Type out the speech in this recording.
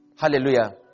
Hallelujah